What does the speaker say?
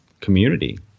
community